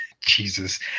Jesus